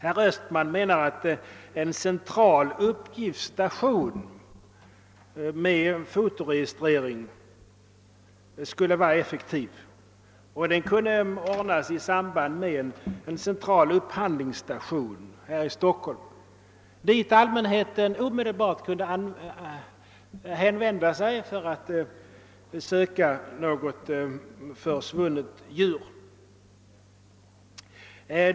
Arne Österman menar att en central uppgiftsstation med fotoregistrering skulle vara effektiv, och den kunde ordnas i samband med en central upphandlingsstation i Stockholm, dit allmänheten omedelbart kunde vända sig för att söka något försvunnet djur.